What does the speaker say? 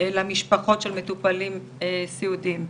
למשפחות של מטופלים סיעודיים.